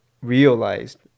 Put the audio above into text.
realized